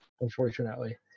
Unfortunately